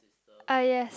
ah yes